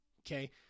okay